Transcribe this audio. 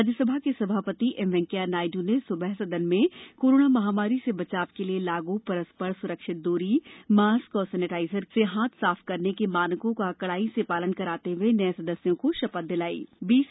श्री वेंकैया नायडू ने सुबह सदन में कोरोना महामारी से बचाव के लिए लागू परस्पर सुरक्षित दूरी मास्क और सेनेटाइजर से हाथ साफ करने के मानकों का कड़ाई से पालन कराते हुए नए सदस्यों को शपथ दिलायी